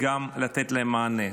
לתת להם מענה.